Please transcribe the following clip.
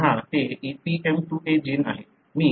पुन्हा ते EPM2A gene आहे